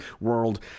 world